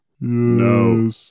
No